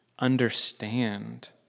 understand